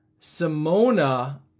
Simona